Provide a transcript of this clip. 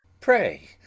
Pray